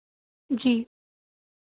जी